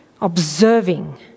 Observing